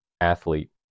athlete